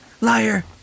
liar